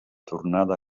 tornada